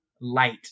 light